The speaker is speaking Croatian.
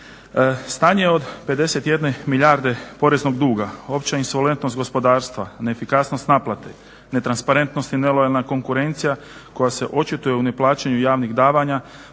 Stanje od 51 milijarde poreznog duga, opća insolventnost gospodarstva, neefikasnost naplate, netransparentnost i nelojalna konkurencija koja se očituje u neplaćanju javnih davanja